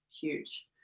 huge